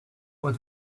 what